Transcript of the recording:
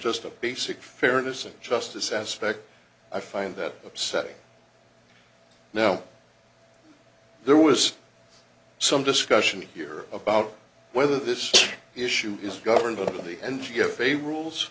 just a basic fairness and justice aspect i find that upsetting now there was some discussion here about whether this issue is governed by the